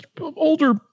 older